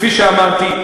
כפי שאמרתי,